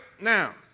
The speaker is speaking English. now